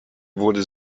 wurde